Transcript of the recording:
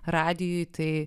radijuje tai